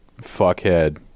fuckhead